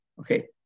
okay